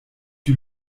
die